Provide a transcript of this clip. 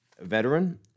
veteran